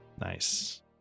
nice